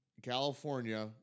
California